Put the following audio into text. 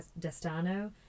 Destano